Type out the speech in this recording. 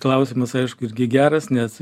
klausimas aišku irgi geras nes